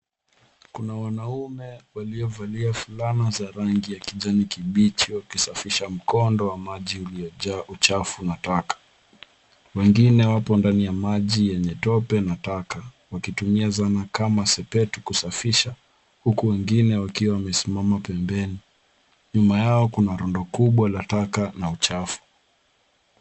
Kuna wanaume walio valia fulana za rangi ya kijani kibichi wakisafisha mkondo wa maji ulio jaa uchafu na taka. Wengine wapo ndani ya maji yenye tope na taka wakitumia zana kama spade kusafisha huku wengine wakiwa wamesimama pembeni nyuma yao kuna rundo kubwa la taka na uchafu.